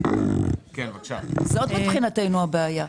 זאת מבחינתנו הבעיה.